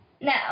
No